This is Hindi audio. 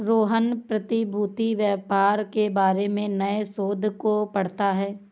रोहन प्रतिभूति व्यापार के बारे में नए शोध को पढ़ता है